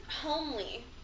Homely